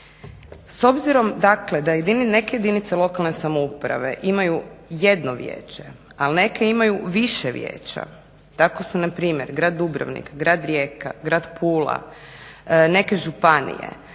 S obzirom dakle da neke jedinice lokalne samouprave imaju jedno vijeće, ali neke imaju više vijeća, tako su npr. grad Dubrovnik, grad Rijeka, grad Pula, neke županije